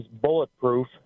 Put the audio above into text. bulletproof